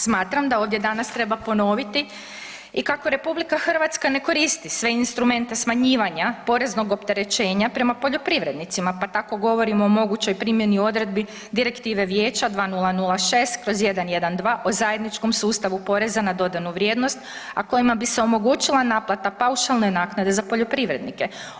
Smatram da ovdje danas treba ponoviti i kako RH ne koristi sve instrumente smanjivanja poreznog opterećenja prema poljoprivrednicima, pa tako govorimo o mogućoj primjeni odredbi Direktive vijeća 2006/112 o zajedničkom sustavu poreza na dodanu vrijednost, a kojima bi se omogućila naplata paušalne naknade za poljoprivrednike.